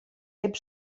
heb